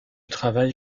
travail